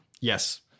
Yes